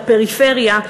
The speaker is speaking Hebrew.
לפריפריה,